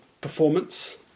performance